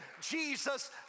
Jesus